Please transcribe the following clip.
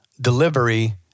delivery